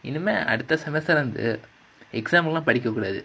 இனிமே அடுத்த:inimae adutha semester and exams லாம் படிக்ககூடாது:laam padikka koodaathu